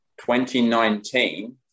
2019